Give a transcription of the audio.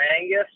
angus